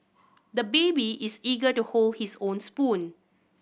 the baby is eager to hold his own spoon